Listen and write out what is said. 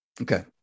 Okay